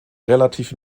relativ